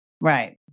Right